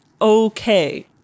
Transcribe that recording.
okay